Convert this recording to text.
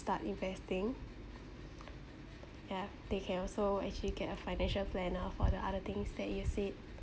start investing ya they can also actually get a financial planner for the other things that you said